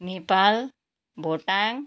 Nepal Bhotang